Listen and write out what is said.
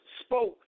Spoke